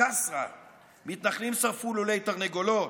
בכסרא מתנחלים שרפו לולי תרנגולות,